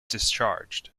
discharged